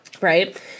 right